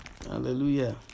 Hallelujah